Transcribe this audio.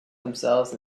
themselves